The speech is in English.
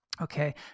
Okay